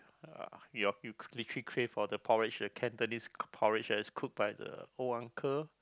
you you literally crave for the porridge the Cantonese porridge that is cooked by the old uncle